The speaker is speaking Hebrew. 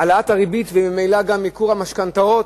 העלאת הריבית וממילא גם ייקור המשכנתאות?